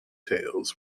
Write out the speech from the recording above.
tales